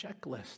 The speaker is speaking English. checklist